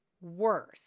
worse